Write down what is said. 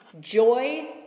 Joy